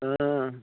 हा